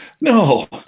No